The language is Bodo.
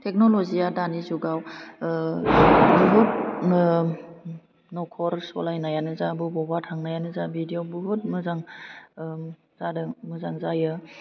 टेक्नल'जि या दानि जुगाव बहुथ न'खर सलायनायानो जा बबावबा थांनायानो जा बिदिआव बुहुथ मोजां जादों मोजां जायो